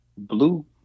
Blue